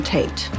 Tate